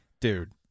Dude